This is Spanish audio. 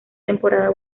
temporada